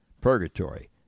Purgatory